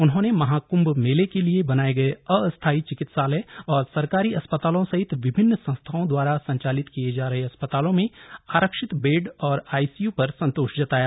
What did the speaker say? उन्होंने महाकृभ मेले के लिए बनाए गए अस्थाई चिकित्सालय और सरकारी अस्पतालों सहित विभिन्न संस्थाओं द्वारा संचालित किए जा रहे अस्पतालों में आरक्षित बेड और आईसीयू पर संतोष जताया